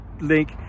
link